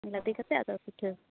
ᱞᱟᱫᱮ ᱠᱟᱛᱮᱫ ᱟᱫᱚ ᱯᱤᱴᱷᱟᱹ